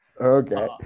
okay